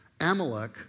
Amalek